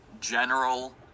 general